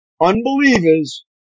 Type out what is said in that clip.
unbelievers